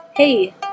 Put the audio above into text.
Hey